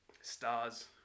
stars